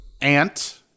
ant